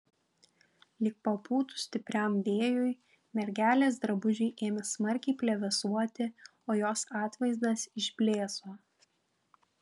lyg papūtus stipriam vėjui mergelės drabužiai ėmė smarkiai plevėsuoti o jos atvaizdas išblėso